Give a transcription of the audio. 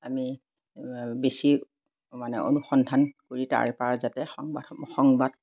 আমি বেছি মানে অনুসন্ধান কৰি তাৰপৰা যাতে সংবাদসমূহ সংবাদ